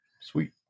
sweet